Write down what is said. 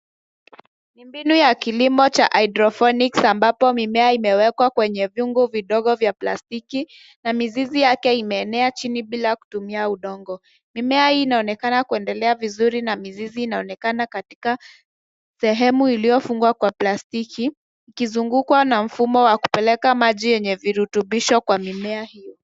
Ni mbinu ya kilimo cha hydroponics ambapo mimea imewekwa kwenye vyungu vidogo vya plastiki na mizizi yake imeenea chini bila kutumia udongo. Mimea hio inaonekana kuendelea vizuri na mizizi inaonekana katika sehemu iliyofungwa na plastiki ikizungukwa na mfumo wa kupeleka maji yenye virutubisho kwa mimea hio.